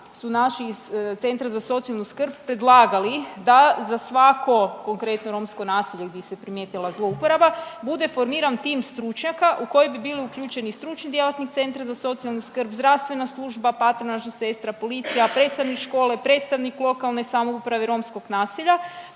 su naši iz centra za socijalnu skrb predlagali da za svako konkretno romsko naselje gdje se primjetila zlouporaba bude formiran tim stručnjaka u koji bi bili uključeni stručni djelatni centar za socijalnu skrb, zdravstvena služba, patronažna sestra, policija, predstavnik škole, predstavnik lokalne samouprave romskog naselja,